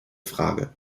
frage